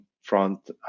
front